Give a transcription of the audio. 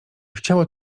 chciało